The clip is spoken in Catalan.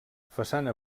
façana